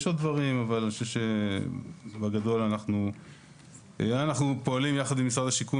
יש עוד דברים --- אנחנו פועלים יחד עם משרד השיכון